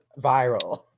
viral